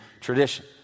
tradition